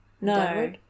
No